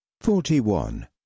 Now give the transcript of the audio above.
forty-one